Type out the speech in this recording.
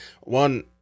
One-